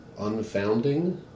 unfounding